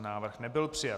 Návrh nebyl přijat.